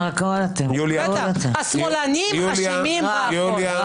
השמאלנים אשמים בכול.